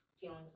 feeling